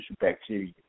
bacteria